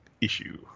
issue